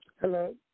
Hello